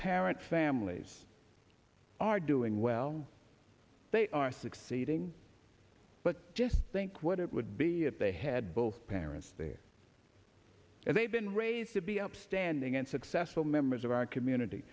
parent families are doing well they are succeeding but just think what it would be if they had both parents there and they've been raised to be upstanding and successful members of our community